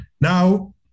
Now